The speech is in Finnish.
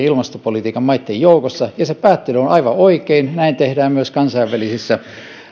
ilmastopolitiikan maitten joukossa ja se päättely on aivan oikein näin tehdään myös kansainvälisissä